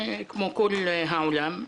כמו כל העולם,